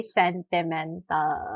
sentimental